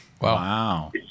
Wow